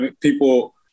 people